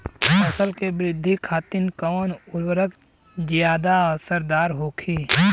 फसल के वृद्धि खातिन कवन उर्वरक ज्यादा असरदार होखि?